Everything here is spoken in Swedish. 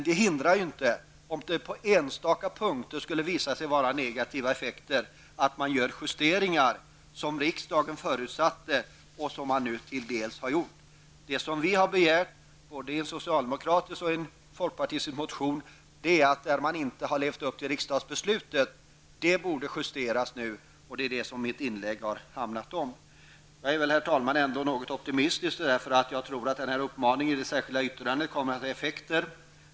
Det hindrar dock inte -- om det på enstaka punkter skulle visa sig vara negativa effekter -- att man gör justeringar som riksdagen förutsatte och som man nu till en del har genomfört. Vi har begärt -- i en socialdemokratisk och en folkpartistisk motion -- att man borde justera de fall där man inte har levt upp till riksdagsbeslutet. Detta har mitt inlägg handlat om. Herr talman! Jag är ändå litet optimistisk. Jag tror att uppmaningen i det särskilda yttrandet kommer att få effekter.